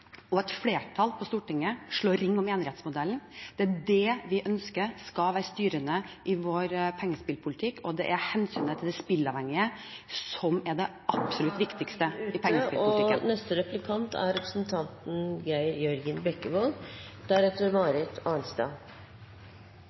og et flertall på Stortinget slår ring om enerettsmodellen. Det er det vi ønsker skal være styrende i vår pengespillpolitikk, og det er hensynet til de spilleavhengige som er det absolutt viktigste i pengespillpolitikken. Uansett hvilken modell man velger, er